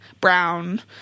brown